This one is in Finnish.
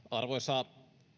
arvoisa